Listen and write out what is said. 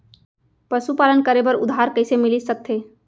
पशुपालन करे बर उधार कइसे मिलिस सकथे?